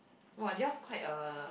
!woah! yours quite a